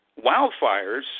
wildfires